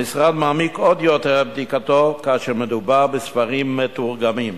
המשרד מעמיק עוד יותר את בדיקתו כאשר מדובר בספרים מתורגמים.